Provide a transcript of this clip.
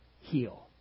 heal